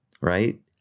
Right